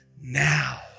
now